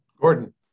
Gordon